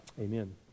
Amen